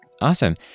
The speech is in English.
Awesome